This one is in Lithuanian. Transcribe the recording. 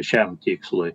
šiam tikslui